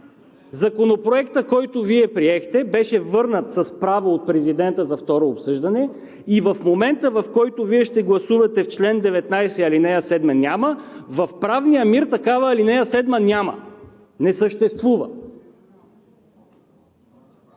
Законопроекта, който Вие приехте, беше върнат с право от президента за второ обсъждане и в момента, в който Вие ще гласувате, в чл. 19 ал. 7 няма. В правния мир такава ал. 7 няма! Не съществува!